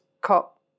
cop